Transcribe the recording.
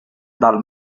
dal